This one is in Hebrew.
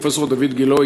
פרופסור דיויד גילה,